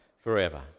forever